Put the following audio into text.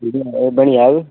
बनी जाग